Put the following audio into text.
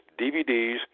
DVDs